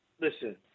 Listen